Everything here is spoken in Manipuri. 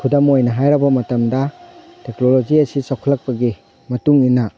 ꯈꯨꯗꯝ ꯑꯣꯏꯅ ꯍꯥꯏꯔꯕ ꯃꯇꯝꯗ ꯇꯦꯛꯅꯣꯂꯣꯖꯤ ꯑꯁꯤ ꯆꯥꯎꯈꯠꯂꯛꯄꯒꯤ ꯃꯇꯨꯡ ꯏꯟꯅ